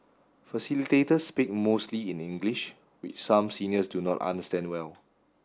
facilitators speak mostly in English which some seniors do not understand well